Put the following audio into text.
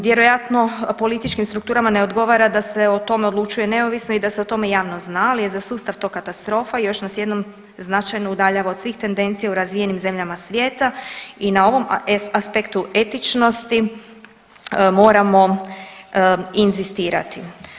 Vjerojatno političkim strukturama ne odgovara da se o tome odlučuje neovisno i da se o tome javno zna, ali je za sustav za to katastrofa i još nas jednom značajno udaljava od svih tendencija u razvijenim zemljama svijeta i na ovom aspektu etičnosti moramo inzistirati.